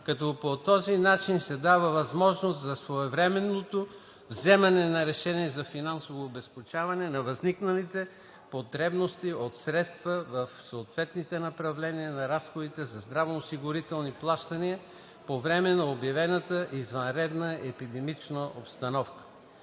като по този начин се дава възможност за своевременното вземане на решения за финансово обезпечаване на възникналите потребности от средства в съответните направления на разходите за здравноосигурителни плащания по време на обявена извънредна епидемична обстановка.